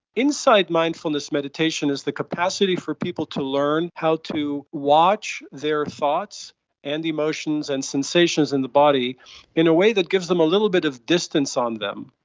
inside mindfulness meditation is the capacity for people to learn how to watch their thoughts and emotions and sensations in the body in a way that gives them a little bit of distance on them.